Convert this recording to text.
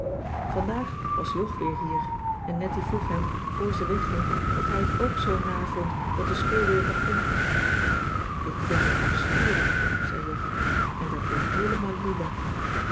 vandaag was jog weer hier en nettie vroeg hem voor ze wegging of hij het ook zoo naar vond dat de school weer begon ik vind het afschuwelijk zei jog en werd weer hèelemaal lila